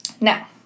Now